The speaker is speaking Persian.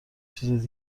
چیز